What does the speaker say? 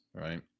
right